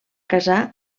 casar